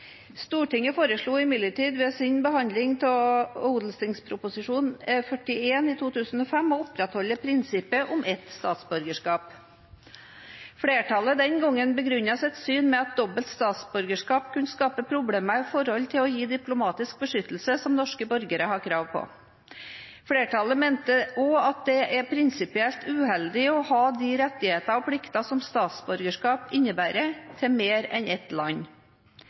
Stortinget fastslo imidlertid ved sin behandling av Ot.prp. nr. 41 for 2005 at man skulle opprettholde prinsippet om ett statsborgerskap. Flertallet den gang begrunnet sitt syn med at dobbelt statsborgerskap kunne skape problemer med tanke på å gi diplomatisk beskyttelse som norske borgere har krav på. Flertallet mente også at det er prinsipielt uheldig å ha de rettigheter og plikter som statsborgerskap innebærer, i mer enn ett land.